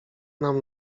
nam